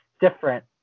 different